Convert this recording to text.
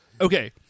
Okay